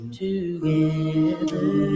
together